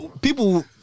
people